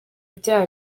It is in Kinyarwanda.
bya